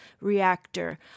reactor